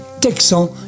Texan